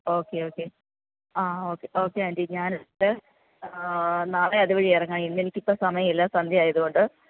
okay okay ആ okay okay aunty ഞാൻ നാളെ അതു വഴി ഇറങ്ങാം ഇന്നെനിക്കിപ്പോൾ സമയമില്ലാ സന്ധ്യ ആയതു കൊണ്ട്